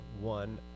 one